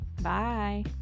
Bye